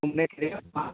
घूमने के लिए